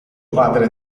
padre